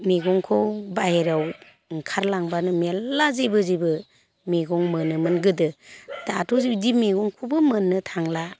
मैगंखौ बाहेरायाव ओंखार लांबानो मेरला जेबो जेबो मैगं मोनोमोन गोदो दाथ' बिदि मैगंखौबो मोननो थांला